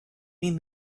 mean